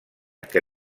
que